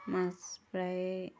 মাছ প্ৰায়